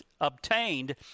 obtained